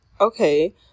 Okay